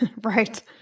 Right